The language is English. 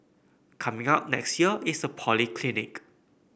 coming up next year is a polyclinic